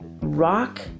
rock